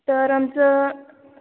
तर आमचं